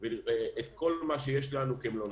את כל מה שיש לנו כמלונאים.